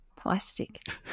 Plastic